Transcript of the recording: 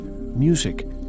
music